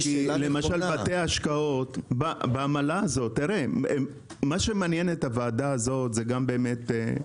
למשל בתי ההשקעות מה שמעניין את הוועדה הזו זה גם יוקר